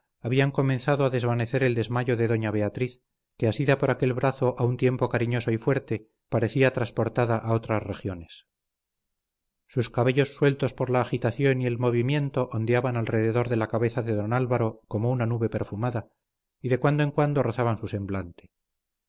habían comenzado a desvanecer el desmayo de doña beatriz que asida por aquel brazo a un tiempo cariñoso y fuerte parecía trasportada a otras regiones sus cabellos sueltos por la agitación y el movimiento ondeaban alrededor de la cabeza de don álvaro como una nube perfumada y de cuando en cuando rozaban su semblante